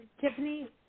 Tiffany